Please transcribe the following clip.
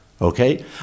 Okay